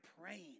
praying